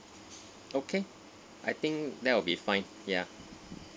okay I think that would be fine ya